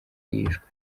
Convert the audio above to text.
yishwe